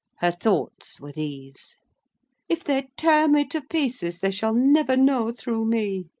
her thoughts were these if they tear me to pieces they shall never know through me.